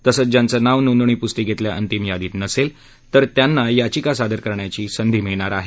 तसंच ज्यांचं नाव नोंदणी पुस्तिकेतल्या अंतिम यादीत नसेल तर त्यांना याचिका सादर करण्याची संधी मिळणार आहे